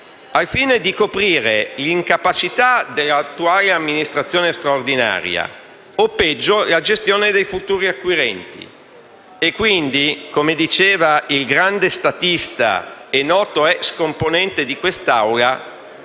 al fine di coprire l'incapacità dell'attuale amministrazione straordinaria o, peggio, la gestione dei futuri acquirenti. E quindi, come diceva il grande statista e noto ex componente di quest'Assemblea: